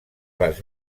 les